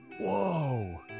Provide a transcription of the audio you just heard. Whoa